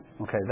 Okay